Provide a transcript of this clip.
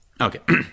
Okay